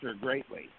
greatly